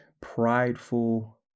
prideful